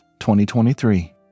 2023